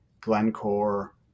Glencore